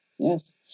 Yes